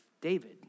David